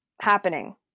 Happening